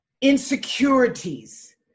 insecurities